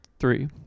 Three